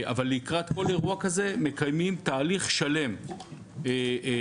לקראת כל אירוע כזה מקיימים תהליך שלם שכל